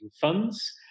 funds